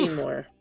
more